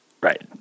right